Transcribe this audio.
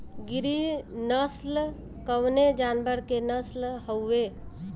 गिरी नश्ल कवने जानवर के नस्ल हयुवे?